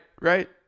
right